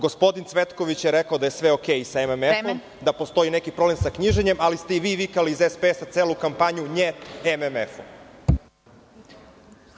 Gospodin Cvetković je rekao da je sve u redu sa MMF-om, da postoji neki problem sa knjiženjem, ali ste i vi iz SPS vikali celu kampanju "njet" MMF-u.